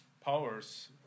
powers